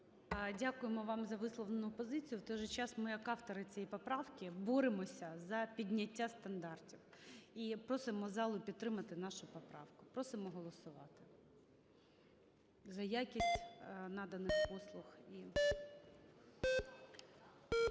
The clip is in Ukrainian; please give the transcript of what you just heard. Дякуємо вам за висловлену позицію. В той же час, ми як автори цієї поправки боремося за підняття стандартів. І просимо залу підтримати нашу поправку. Просимо голосувати за якість наданих послуг і...